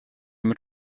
mit